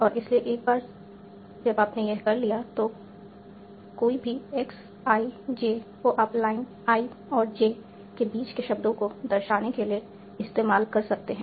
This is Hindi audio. और इसलिए एक बार जब आपने यह कर लिया है तो कोई भी x i j को आप लाइन i और j के बीच के शब्दों को दर्शाने के लिए इस्तेमाल कर सकते हैं